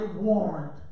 warrant